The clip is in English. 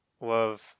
love